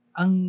ang